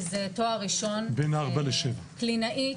קלינאית,